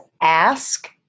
Ask